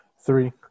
Three